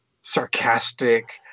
sarcastic